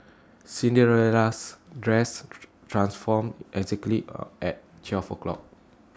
Cinderella's dress transformed exactly A at twelve o'clock